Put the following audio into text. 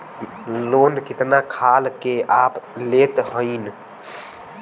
Loan कितना खाल के आप लेत हईन?